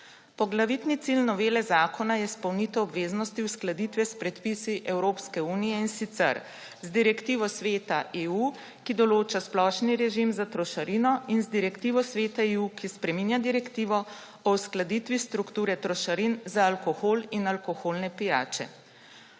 Poglavitni cilj novele zakona je izpolnitev obveznosti uskladitve s predpisi Evropske unije, in sicer z direktivo Sveta EU, ki določa splošni režim za trošarino, in z direktivo Sveta EU, ki spreminja direktivo o uskladitvi strukture trošarin za alkohol in alkoholne pijače.